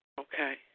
Okay